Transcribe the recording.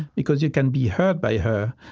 because you can be hurt by her,